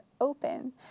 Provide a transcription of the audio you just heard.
open